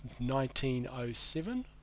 1907